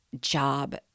job